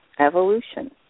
evolution